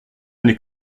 n’est